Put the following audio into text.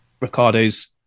ricardo's